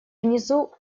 внизу